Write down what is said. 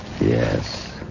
Yes